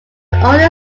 only